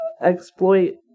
exploit